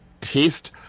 taste